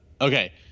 Okay